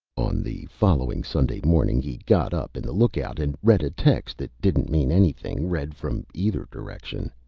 on the following sunday morning he got up in the lookout and read a text that didn't mean anything, read from either direction,